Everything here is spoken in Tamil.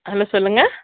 ஹலோ சொல்லுங்கள்